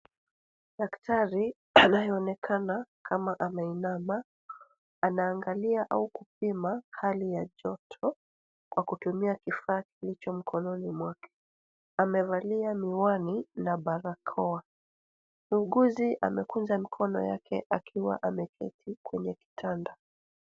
Daktari anayeonekana kama amainama, anaangalia au kupima hali ya joto kwa kutumia kifaa kilicho mkononi mwake. Amevalia miwani na barakoa. MUuguzi amekunja mikono yake akiwa ameketi kwenye kitanda.